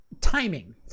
timing